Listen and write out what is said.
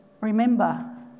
remember